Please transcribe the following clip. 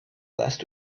last